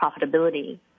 profitability